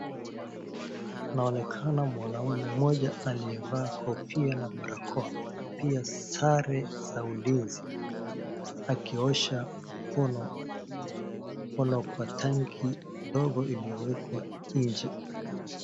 Inaonekana mwanume mmoja aliyevaa kofia na barakoa na pia sare za ulinzi akiosha mkono kwa tanki ndogo iliyowekwa nje.